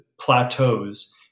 plateaus